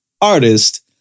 artist